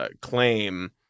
claim